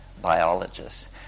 biologists